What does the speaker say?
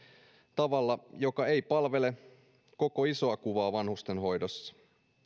tavalla joka ei palvele koko isoa kuvaa vanhustenhoidossa